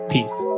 Peace